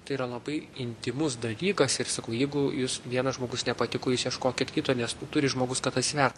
tai yra labai intymus dalykas ir sakau jeigu jūs vienas žmogus nepatiko jūs ieškokit kito nes turi žmogus kad atsiver